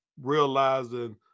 realizing